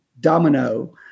domino